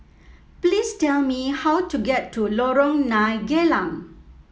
please tell me how to get to Lorong Nine Geylang